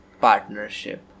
Partnership